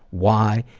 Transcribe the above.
why,